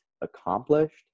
accomplished